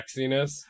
sexiness